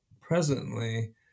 presently